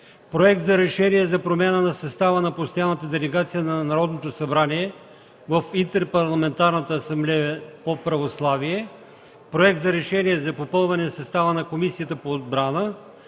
Проект за решение за промяна в състава на Постоянната делегация на Народното събрание в Интерпарламентарната асамблея по православие; - Проект за решение за попълване състава на Комисията по отбрана;